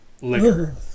liquor